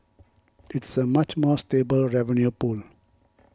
it's a much more stable revenue pool